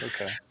Okay